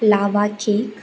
lava cake